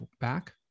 back